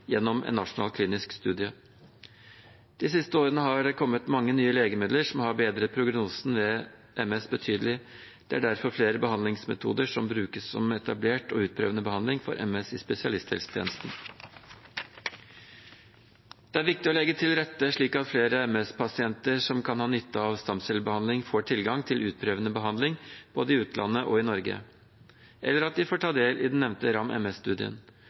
gjennom en nasjonal klinisk studie. De siste årene har det kommet mange nye legemidler som har bedret prognosen ved MS betydelig. Det er derfor flere behandlingsmetoder som brukes som etablert og utprøvende behandling på MS i spesialisthelsetjenesten. Det er viktig å legge til rette slik at flere MS-pasienter som kan ha nytte av stamcellebehandling, får tilgang til utprøvende behandling, både i utlandet og i Norge, eller at de får ta del i den nevnte